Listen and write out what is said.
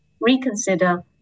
reconsider